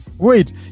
Wait